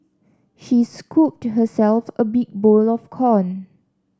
she scooped herself a big bowl of corn